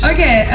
Okay